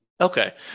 Okay